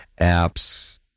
apps